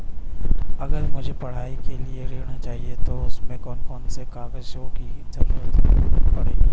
अगर मुझे पढ़ाई के लिए ऋण चाहिए तो उसमें कौन कौन से कागजों की जरूरत पड़ेगी?